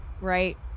right